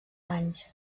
anys